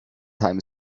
time